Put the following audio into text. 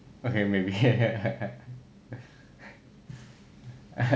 okay maybe